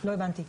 לא הבנתי.